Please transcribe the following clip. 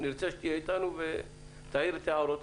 נרצה שתהיה איתנו ותעיר את הערותיך.